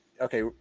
Okay